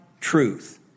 truth